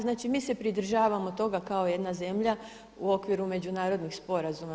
Znači, mi se pridržavamo toga kao jedna zemlja u okviru međunarodnih sporazuma.